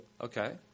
Okay